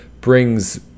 brings